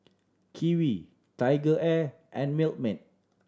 Kiwi TigerAir and Milkmaid